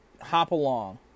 Hopalong